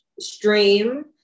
stream